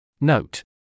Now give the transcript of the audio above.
Note